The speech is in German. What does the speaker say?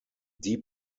die